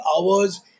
hours